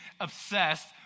obsessed